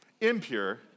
impure